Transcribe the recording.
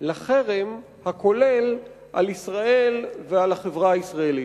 לחרם הכולל על ישראל ועל החברה הישראלית,